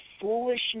foolishness